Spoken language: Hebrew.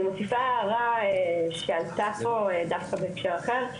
אני מוסיפה הערה שעלתה פה דווקא בהקשר אחר: